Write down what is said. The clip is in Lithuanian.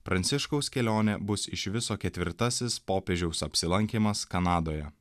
pranciškaus kelionė bus iš viso ketvirtasis popiežiaus apsilankymas kanadoje